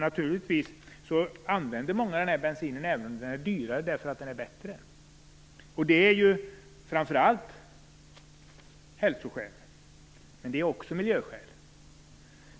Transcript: Naturligtvis använder många den här bensinen även om den är dyrare därför att den är bättre, framför allt av hälsoskäl, men också av miljöskäl.